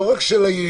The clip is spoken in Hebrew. לא רק העירייה.